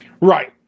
Right